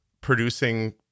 producing